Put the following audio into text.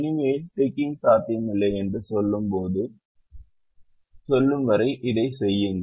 இனிமேல் டிக்கிங் சாத்தியமில்லை என்று செல்லும் வரை இதைச் செய்யுங்கள்